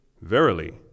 verily